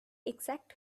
exact